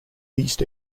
east